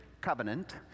Covenant